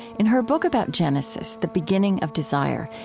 in her book about genesis, the beginning of desire,